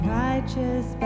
righteous